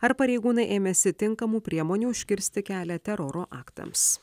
ar pareigūnai ėmėsi tinkamų priemonių užkirsti kelią teroro aktams